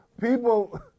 people